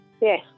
Yes